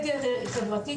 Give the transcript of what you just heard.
מדיה חברתית,